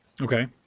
okay